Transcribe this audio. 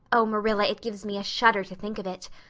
oh, marilla, it gives me a shudder to think of it.